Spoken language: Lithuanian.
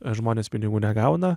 žmonės pinigų negauna